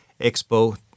Expo